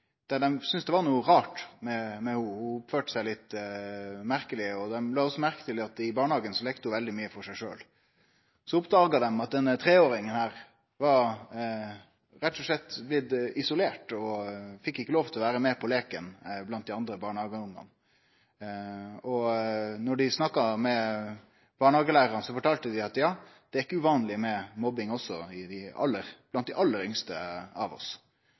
dei syntest det var noko rart med henne, for ho oppførte seg litt merkeleg. Dei la også merke til at i barnehagen leika ho veldig mykje for seg sjølv. Så oppdaga dei at denne treåringen var rett og slett blitt isolert, og ho fekk ikkje lov til å vere med på leiken saman med dei andre barnehageungane. Da dei snakka med barnehagelærarane, fortalde dei at det er ikkje uvanleg med mobbing også blant dei aller yngste av oss